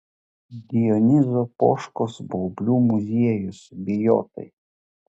dionizo poškos baublių muziejus bijotai